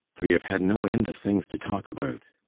we have had no end of things to talk about.